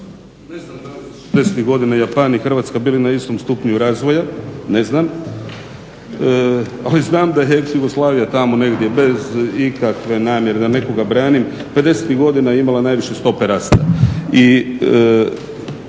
šezdesetih godina Japan i Hrvatska bili na istom stupnju razvoja, ne znam. Ali znam da je ex Jugoslavija tamo negdje bez ikakve namjere da nekoga branim, pedesetih godina imala najviše stope rasta.